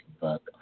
book